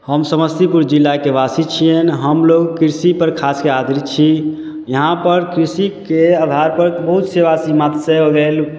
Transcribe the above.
हम समस्तीपुर जिलाके वासी छिअनि हमलोक कृषिपर खासकर आधारित छी यहाँपर कृषिके आधारपर बहुत सेवा छै जइसेकि मत्स्ये हो गेल